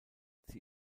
sie